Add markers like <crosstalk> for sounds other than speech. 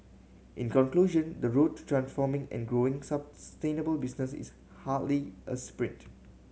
in conclusion the road to transforming and growing <unintelligible> business is hardly a sprint